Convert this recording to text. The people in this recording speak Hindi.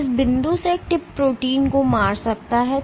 तो इस बिंदु से टिप प्रोटीन को मार सकता है